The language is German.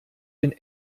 den